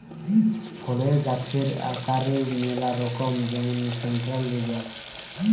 ফলের গাছের আকারের ম্যালা রকম যেমন সেন্ট্রাল লিডার